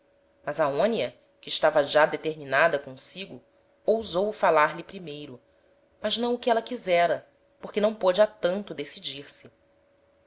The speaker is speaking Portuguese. mas aonia que estava já determinada consigo ousou falar-lhe primeiro mas não o que éla quisera porque não pôde a tanto decidir-se